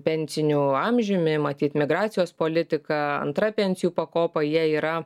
pensiniu amžiumi matyt migracijos politika antra pensijų pakopa jie yra